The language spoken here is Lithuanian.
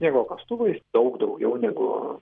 sniego kastuvai daug daugiau negu